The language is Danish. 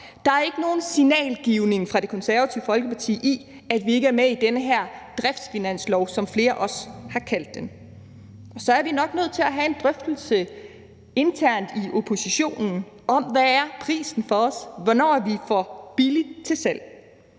Der er ikke nogen signalgivning fra Det Konservative Folkepartis side i, at vi ikke er med i den her driftsfinanslov, som flere også har kaldt den. Så er vi nok nødt til at have en drøftelse internt i oppositionen om, hvad prisen er for os. Hvornår er vi for billigt til salg?